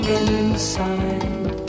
inside